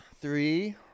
Three